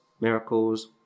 miracles